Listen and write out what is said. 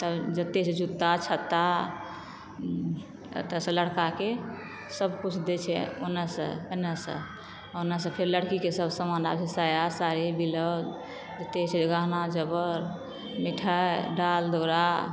तब जतय जे होइ छै जूत्ता छत्ता एतय सॅं लड़का के सब किछु दै छै ओनय सॅं एनय सॅं ओनय सॅं फेन लड़की के सब समान आबै छै साया सारी बीलाउज जतय होइ छै गहना ज़ेवर मिठाई डाला दौरा